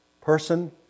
person